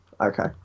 Okay